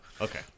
Okay